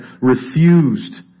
refused